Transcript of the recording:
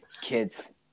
kids